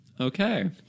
Okay